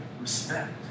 respect